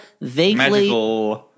vaguely